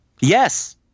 yes